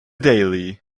daily